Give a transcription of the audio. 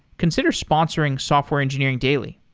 consider sponsoring software engineering daily.